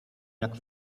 jak